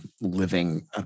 living